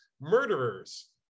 murderers